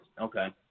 Okay